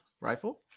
rifle